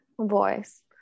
voice